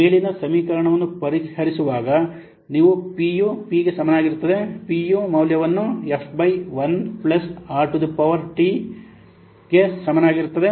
ಮೇಲಿನ ಸಮೀಕರಣವನ್ನು ಪರಿಹರಿಸುವಾಗ ನೀವು Pಯು Pಗೆ ಸಮನಾಗಿರುತ್ತದೆ Pಯು ಮೌಲ್ಯವನ್ನು F by 1 plus r to the power ಟಿPF by 1 plus r to the power t ಸಮನಾಗಿರುತ್ತದೆ